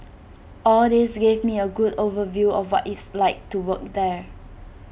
all this gave me A good overview of what it's like to work there